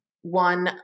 one